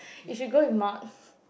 you should go with Mark